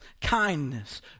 kindness